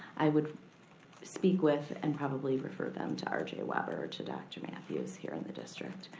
i would speak with and probably refer them to um rj webber, to dr. matthews here in the district.